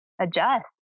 adjust